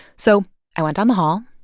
so i went down the hall,